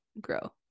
grow